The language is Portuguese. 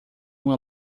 uma